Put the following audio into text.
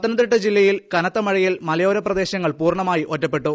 പത്തനംതിട്ട ജില്ലയിൽ കനത്ത മഴയിൽ മലയോര പ്രദേശങ്ങൾ പൂർണമായും ഒറ്റഉപ്പട്ടു